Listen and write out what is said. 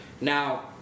Now